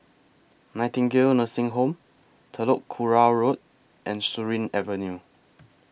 Nightingale Nursing Home Telok Kurau Road and Surin Avenue